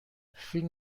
فیلم